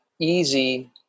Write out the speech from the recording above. easy